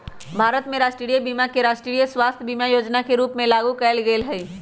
भारत में राष्ट्रीय बीमा के राष्ट्रीय स्वास्थय बीमा जोजना के रूप में लागू कयल गेल हइ